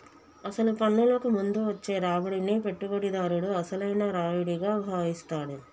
అసలు పన్నులకు ముందు వచ్చే రాబడిని పెట్టుబడిదారుడు అసలైన రావిడిగా భావిస్తాడు